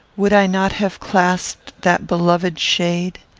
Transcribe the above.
would i not have clasped that beloved shade?